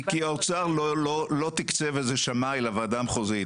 כי האוצר לא תקצב לזה שמאי, אלא הוועדה המחוזית.